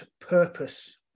purpose